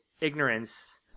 ignorance